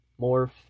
morph